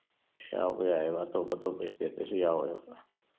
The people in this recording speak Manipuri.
ꯌꯥꯕꯨ ꯌꯥꯏꯌꯦꯕ ꯑꯇꯣꯞ ꯑꯇꯣꯞꯄ ꯏꯁꯇꯦꯠꯇꯩꯁꯨ ꯌꯥꯎꯋꯦꯕ